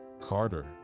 Carter